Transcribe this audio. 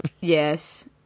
Yes